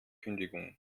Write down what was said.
kündigung